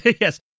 yes